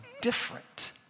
different